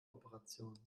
operation